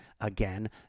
Again